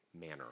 manner